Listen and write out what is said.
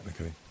okay